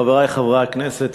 חברי חברי הכנסת,